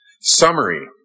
summary